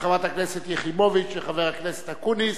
לחברת הכנסת יחימוביץ, לחבר הכנסת אקוניס,